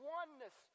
oneness